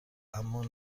اما